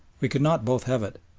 we could not both have it.